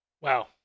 Wow